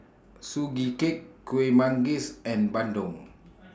Sugee Cake Kuih Manggis and Bandung